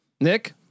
Nick